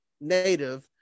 native